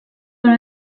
dans